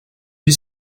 vie